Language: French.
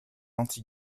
anti